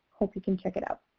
hope you can check it out.